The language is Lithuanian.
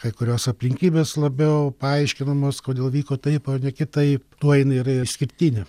kai kurios aplinkybės labiau paaiškinamos kodėl vyko taip o ne kitaip tuo jinai yra ir išskirtinė